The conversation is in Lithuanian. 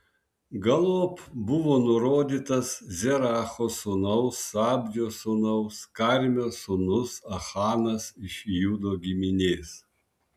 galop buvo nurodytas zeracho sūnaus zabdžio sūnaus karmio sūnus achanas iš judo giminės